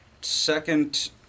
second